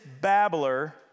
babbler